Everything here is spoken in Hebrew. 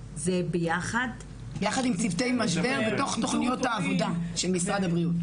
יחד עם צוותי משבר בתוך תוכניות העבודה של משרד הבריאות.